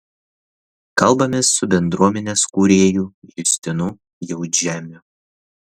kalbamės su bendruomenės kūrėju justinu jautžemiu